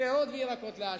פירות וירקות לעשירים.